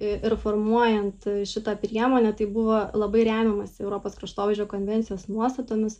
ir formuojant šitą priemonę tai buvo labai remiamasi europos kraštovaizdžio konvencijos nuostatomis